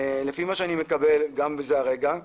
לפי מה שאני מקבל, גם ברגע זה.